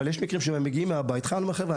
הם מגיעים ואומרים: חבר'ה,